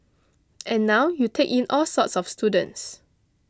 and now you take in all sorts of students